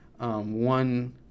one